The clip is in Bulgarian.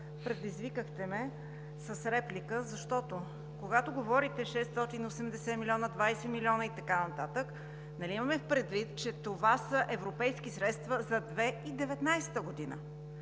предизвикахте ме с реплика, защото, когато говорите за 680 млн. лв., 20 милиона и така нататък, нали имаме предвид, че това са европейски средства за 2019 г.?